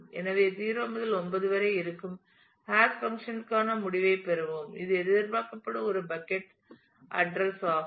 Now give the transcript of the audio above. எனவே 0 முதல் 9 வரை இருக்கும் ஹாஷ் பங்க்ஷன் ற்கான முடிவைப் பெறுவோம் இது எதிர்பார்க்கப்படும் ஒரு பக்கட் அட்ரஸ் ஆகும்